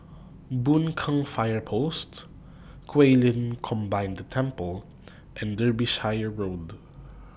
Boon Keng Fire Post Guilin Combined Temple and Derbyshire Road